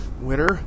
Winner